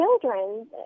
children